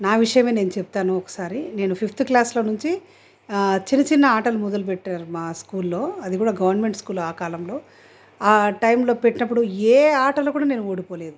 నా విషయమే నేను చెబుతాను ఒకసారి నేను ఫిఫ్త్ క్లాస్లో నుంచి చిన్న చిన్న ఆటలు మొదలు పెట్టారు మా స్కూల్లో అది కూడా గవర్నమెంట్ స్కూల్ ఆ కాలంలో ఆ టైమ్లో పెట్టినప్పుడు ఏ ఆటలో కూడా నేను ఓడిపోలేదు